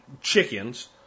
chickens